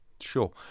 Sure